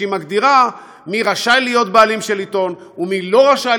והיא מגדירה מי רשאי להיות בעלים של עיתון ומי לא רשאי